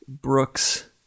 Brooks